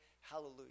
hallelujah